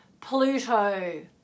Pluto